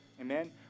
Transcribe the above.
amen